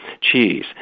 cheese